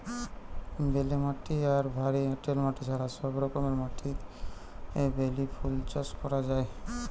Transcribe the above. বেলে মাটি আর ভারী এঁটেল মাটি ছাড়া সব রকমের মাটিরে বেলি ফুল চাষ করা যায়